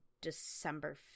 december